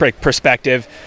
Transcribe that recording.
perspective